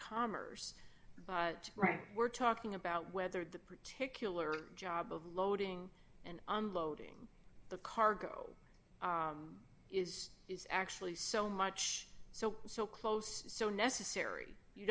commerce but we're talking about whether the particular job of loading and unloading the cargo is is actually so much so so close so necessary you